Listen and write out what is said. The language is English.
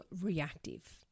reactive